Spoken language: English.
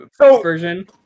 version